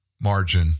margin